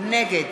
נגד